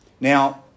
Now